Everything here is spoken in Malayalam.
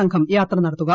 സ്ംഘം യാത്ര നടത്തുക